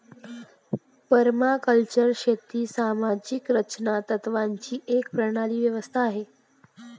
permaculture शेती आणि सामाजिक रचना तत्त्वांची एक प्रणाली व्यवस्था आहे